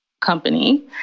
company